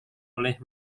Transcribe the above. oleh